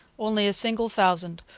only a single thousand,